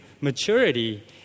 maturity